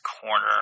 corner